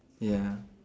ya